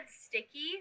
sticky